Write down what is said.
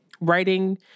writing